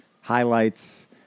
highlights